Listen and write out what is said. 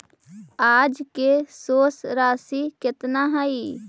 आज के शेष राशि केतना हई?